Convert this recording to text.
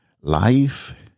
Life